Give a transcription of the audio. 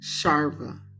Sharva